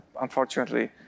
unfortunately